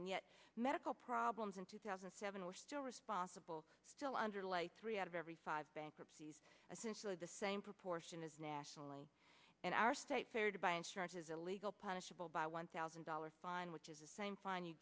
and yet medical problems in two thousand and seven were still responsible still under like three out of every five bankruptcies essentially the same proportion as nationally in our state fair to buy insurance is illegal punishable by one thousand dollars fine which is the same fine you